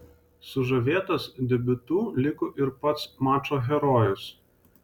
sužavėtas debiutu liko ir pats mačo herojus